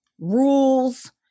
rules